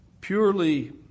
purely